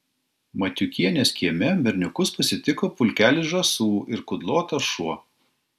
matiukienės kieme berniukus pasitiko pulkelis žąsų ir kudlotas šuo